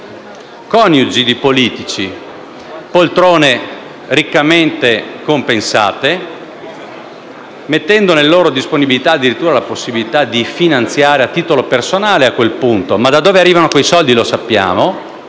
coniugi di politici, poltrone riccamente compensate, mettendo nella loro disponibilità addirittura la possibilità di finanziare, a titolo personale a quel punto (ma da dove arrivano quei soldi lo sappiamo),